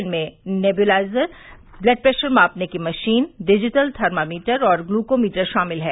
इनमें nebulizer blood pressure मापने वाली मशीन डिजिटल थर्मामीटर और ग्लुकोमीटर शामिल है